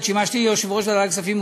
עת שימשתי יושב-ראש ועדת הכספים,